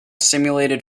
simulated